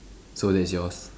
so that is yours